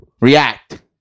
React